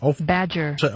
Badger